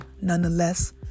Nonetheless